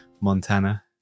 Montana